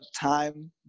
time